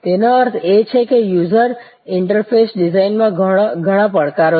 તેનો અર્થ એ છે કે યુઝર ઇન્ટરફેસ ડિઝાઇનમાં ઘણા પડકારો છે